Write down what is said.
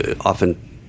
often